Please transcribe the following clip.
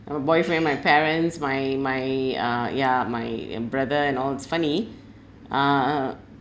my boyfriend my parents my my uh yeah my and brother and all is funny uh uh